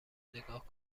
نگاه